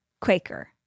Quaker